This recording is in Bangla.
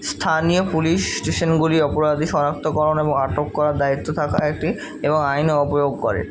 স্থানীয় পুলিশ স্টেশনগুলি অপরাধী শনাক্তকরণ এবং আটক করার দায়িত্ব থাকা একটি এবং আইনও অপ্রয়োগ করে